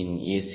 யின் A